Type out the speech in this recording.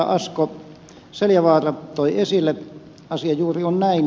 asko seljavaara toi esille asia juuri on näin